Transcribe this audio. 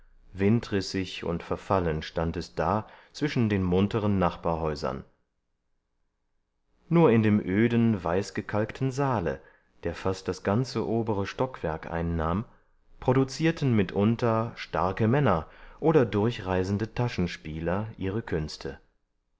windrissig und verfallen stand es da zwischen den munteren nachbarhäusern nur in dem öden weißgekalkten saale der fast das ganze obere stockwerk einnahm produzierten mitunter starke männer oder durchreisende taschenspieler ihre künste